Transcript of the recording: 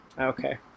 Okay